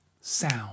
sound